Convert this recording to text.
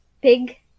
pig